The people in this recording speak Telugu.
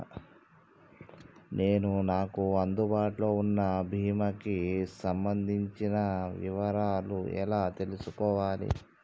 నేను నాకు అందుబాటులో ఉన్న బీమా కి సంబంధించిన వివరాలు ఎలా తెలుసుకోవాలి?